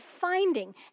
finding